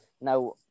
Now